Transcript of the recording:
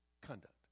conduct